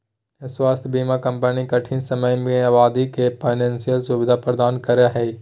स्वास्थ्य बीमा कंपनी कठिन समय में आदमी के फाइनेंशियल सुविधा प्रदान करा हइ